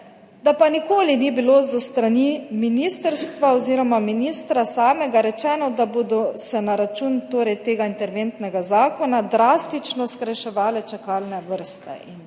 da pa nikoli ni bilo s strani ministrstva oziroma ministra samega rečeno, da se bodo na račun tega interventnega zakona drastično skrajševale čakalne vrste.